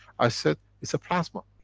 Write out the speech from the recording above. i said, it's a plasma.